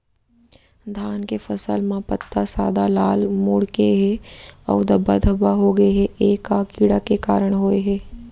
धान के फसल म पत्ता सादा, लाल, मुड़ गे हे अऊ धब्बा धब्बा होगे हे, ए का कीड़ा के कारण होय हे?